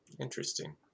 Interesting